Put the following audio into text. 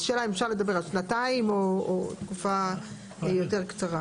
אז השאלה אם אפשר לדבר על שנתיים או תקופה יותר קצרה.